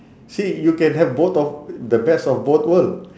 see you can have both of the best of both world